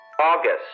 August